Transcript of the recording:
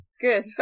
good